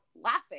laughing